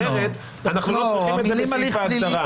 אחרת אנחנו לא צריכים את זה בסעיף ההגדרה.